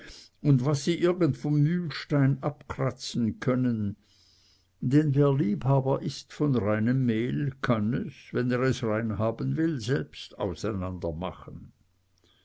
und was sie irgend vom mühlstein abkratzen können denn wer liebhaber ist von reinem mehl kann es wenn er es rein haben will selbst